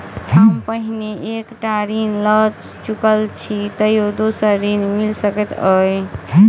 हम पहिने एक टा ऋण लअ चुकल छी तऽ दोसर ऋण मिल सकैत अई?